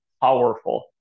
powerful